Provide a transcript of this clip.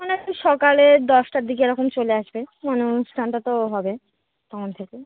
মানে একটু সকালে দশটার দিকে এরকম চলে আসবে মানে অনুষ্ঠানটা তো হবে তখন থেকে